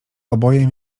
oboje